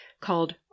called